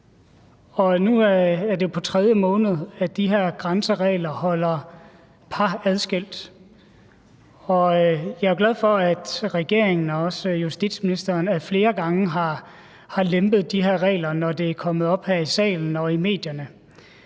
nu er det jo på tredje måned, at de her grænseregler holder par adskilt. Jeg er jo glad for, at regeringen og også justitsministeren ad flere gange har lempet de her regler, når det er kommet op her i salen og i medierne.